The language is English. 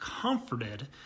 comforted